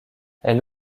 elle